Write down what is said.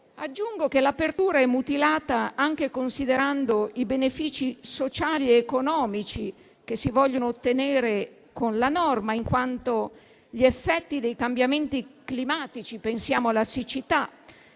Aggiungo che l'apertura è mutilata anche considerando i benefici sociali ed economici che si vogliono ottenere con la norma, in quanto gli effetti dei cambiamenti climatici che si vogliono